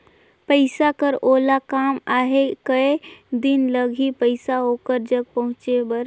पइसा कर ओला काम आहे कये दिन लगही पइसा ओकर जग पहुंचे बर?